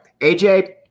AJ